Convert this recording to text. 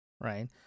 Right